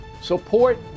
support